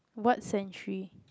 what century